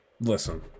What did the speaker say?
listen